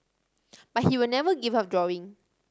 but he will never give up drawing